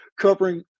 covering